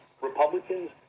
Republicans